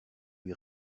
lui